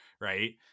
right